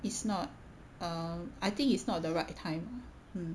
it's not err I think is not the right time mm